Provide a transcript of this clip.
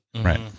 Right